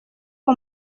uwo